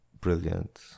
brilliant